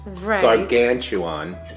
gargantuan